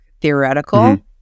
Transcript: theoretical